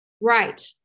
Right